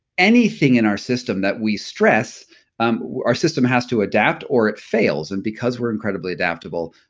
anything in our system that we stress um our system has to adapt or it fails and because we're incredibly adaptable.